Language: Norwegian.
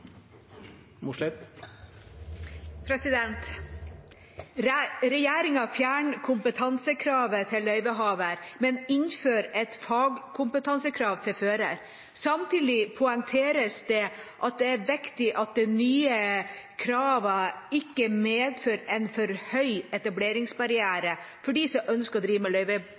Regjeringa fjerner kompetansekravet til løyvehaver, men innfører et fagkompetansekrav til fører. Samtidig poengteres det at det er viktig at de nye kravene ikke medfører en for høy etableringsbarriere for dem som ønsker å drive med